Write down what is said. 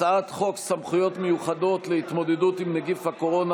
הצעת חוק סמכויות מיוחדות להתמודדות עם נגיף הקורונה